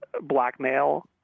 blackmail